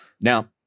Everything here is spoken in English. Now